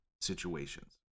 situations